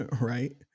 Right